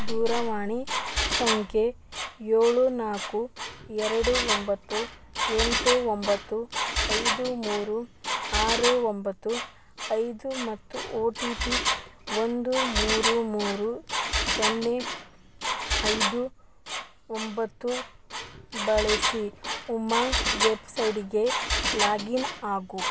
ದೂರವಾಣಿ ಸಂಖ್ಯೆ ಏಳು ನಾಲ್ಕು ಎರಡು ಒಂಬತ್ತು ಎಂಟು ಒಂಬತ್ತು ಐದು ಮೂರು ಆರು ಒಂಬತ್ತು ಐದು ಮತ್ತು ಓ ಟಿ ಪಿ ಒಂದು ಮೂರು ಮೂರು ಸೊನ್ನೆ ಐದು ಒಂಬತ್ತು ಬಳಸಿ ಉಮಂಗ್ ವೆಬ್ಸೈಡಿಗೆ ಲಾಗಿನ್ ಆಗು